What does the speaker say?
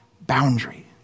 boundary